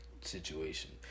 situation